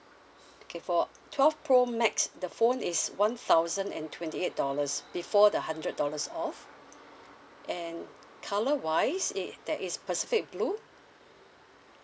okay for twelve pro max the phone is one thousand and twenty eight dollars before the hundred dollars off and colour wise it there is pacific blue